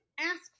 ask